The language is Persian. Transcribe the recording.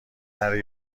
نره